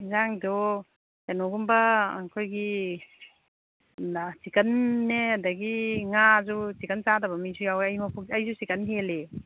ꯑꯦꯟꯁꯥꯡꯗꯣ ꯀꯩꯅꯣꯒꯨꯝꯕ ꯑꯩꯈꯣꯏꯒꯤ ꯆꯤꯛꯀꯟꯅꯦ ꯑꯗꯒꯤ ꯉꯥꯁꯨ ꯆꯤꯀꯟ ꯆꯥꯗꯕ ꯃꯤꯁꯨ ꯌꯥꯎꯋꯦ ꯑꯩꯃꯛꯐꯥꯎ ꯑꯩꯁꯨ ꯆꯤꯛꯀꯟ ꯍꯦꯜꯂꯤ